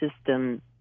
system